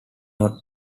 not